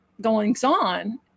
goings-on